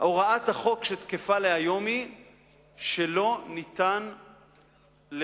הוראת החוק שתקפה היום היא שאי-אפשר לבצע